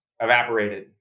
evaporated